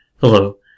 Hello